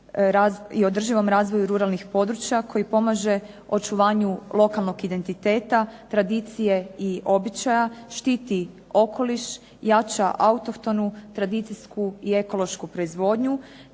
i održivom razvoju ruralnih područja koji pomaže očuvanju lokalnog identiteta, tradicije i običaja, štiti okoliš, jača autohtonu tradicijsku i ekološku proizvodnju